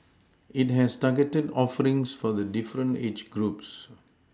it has targeted offerings for the different age groups